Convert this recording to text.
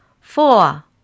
four